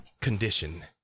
condition